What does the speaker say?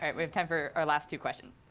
right. we have time for our last two questions.